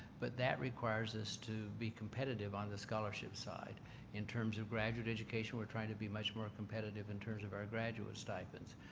but that requires us to be competitive on the scholarship side in terms of graduate education. we're trying to be much more competitive in terms of our graduate stipends.